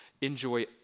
enjoy